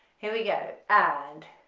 here we go and